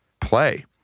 play